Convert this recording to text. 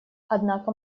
однако